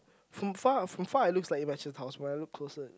from far from far it looks like it matches house when I look closer it